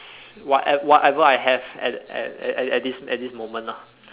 whatever whatever I have at at at at this at this moment lah